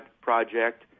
project